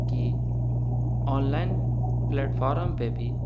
کہ online platform پہ بھی